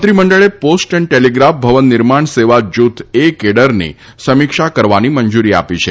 મંત્રીમંડળે પોસ્ટ અને ટેલીગ્રાફ ભવન નિર્માણ સેવા જૂથ એ કેડરની સમીક્ષા કરવાની મંજુરી આપી છે